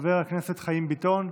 חבר הכנסת חיים ביטון,